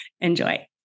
Enjoy